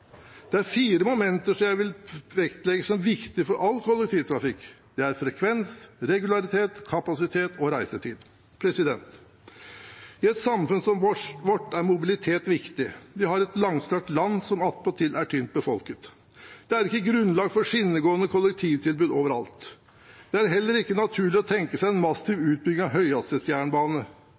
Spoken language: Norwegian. Det er fire momenter som jeg vil vektlegge som viktig for all kollektivtrafikk. Det er frekvens, regularitet, kapasitet og reisetid. I et samfunn som vårt er mobilitet viktig. Vi har et langstrakt land som attpåtil er tynt befolket. Det er ikke grunnlag for skinnegående kollektivtilbud overalt. Det er heller ikke naturlig å tenke seg en massiv utbygging av